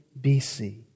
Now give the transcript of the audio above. BC